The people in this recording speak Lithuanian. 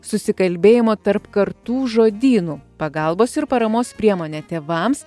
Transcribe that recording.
susikalbėjimo tarp kartų žodynu pagalbos ir paramos priemone tėvams